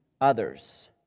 others